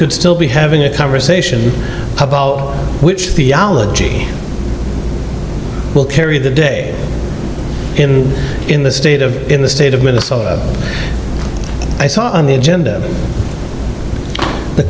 could still be having a conversation which theology will carry the day in the state of in the state of minnesota i saw on the agenda the